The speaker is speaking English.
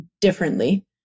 differently